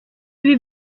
ibi